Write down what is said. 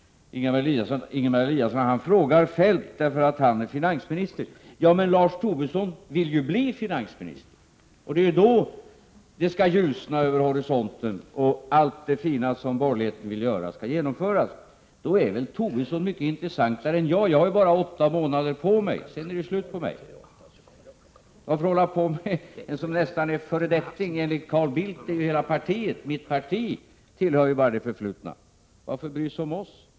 Ingemar Eliasson säger att han frågar Feldt, eftersom Feldt är finansminister. Men Lars Tobisson vill ju bli finansminister. Det är ju då det skall ljusna över horisonten, och allt det fina som borgerligheten vill göra skall genomföras. Då är väl Tobisson mycket intressantare än jag. Jag har ju bara åtta månader på mig. Sedan är det slut på mig. Varför skall man fråga en som nästan är föredetting? Enligt Carl Bildt tillhör hela mitt parti det förflutna. Varför bry sig om oss?